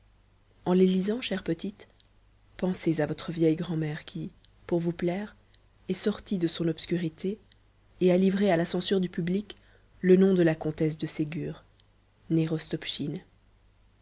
en les lisant chères petites pensez à votre vieille grand'mère qui pour vous plaire est sortie de son obscurité et a livré à la censure du public le nom de la comtesse de ségur née